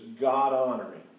God-honoring